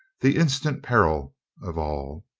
the instant peril of all.